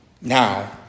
now